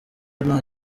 nta